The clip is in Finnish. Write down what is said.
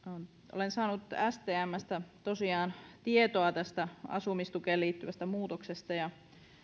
olen saanut stmstä tosiaan tietoa tästä asumistukeen liittyvästä muutoksesta ja